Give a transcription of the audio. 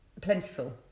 plentiful